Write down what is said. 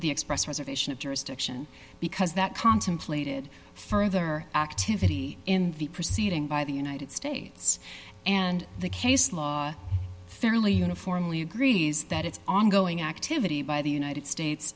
the express reservation of jurisdiction because that contemplated further activity in the proceeding by the united states and the case law fairly uniformly agrees that it's ongoing activity by the united states